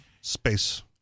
space